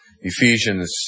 Ephesians